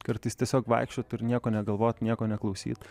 kartais tiesiog vaikščiot ir nieko negalvot nieko neklausyt